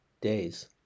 days